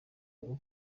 bwo